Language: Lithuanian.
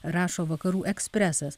rašo vakarų ekspresas